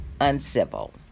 Uncivil